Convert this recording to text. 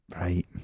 right